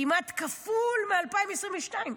כמעט כפול מ-2022.